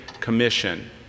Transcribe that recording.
Commission